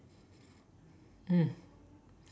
mm